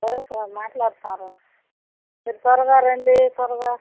సరే సార్ మాట్లాడతాం రండి మీరు తొందరగా రండి తొందరగా